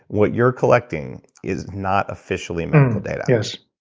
what you're collecting is not officially medical data.